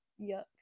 Yuck